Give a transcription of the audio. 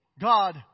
God